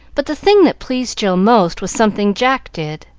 but the thing that pleased jill most was something jack did,